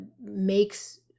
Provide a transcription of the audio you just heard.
makes